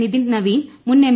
നിതിൻ നവീൻ മുൻ എം